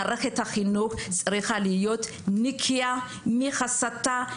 מערכת החינוך צריכה להיות נקייה מהסתה,